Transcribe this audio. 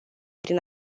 prin